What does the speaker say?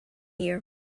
here